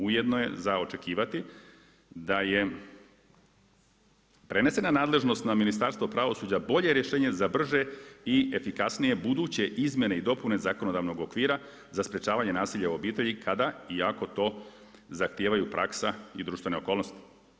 Ujedno je za očekivati da je prenesena nadležnost na Ministarstvo pravosuđa bolje rješenje za brže i efikasnije buduće izmjene i dopune zakonodavnog okvira za sprečavanje nasilja u obitelji kada i ako to zahtijevaju praksa i društvene okolnosti.